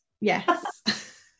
Yes